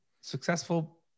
successful